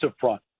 front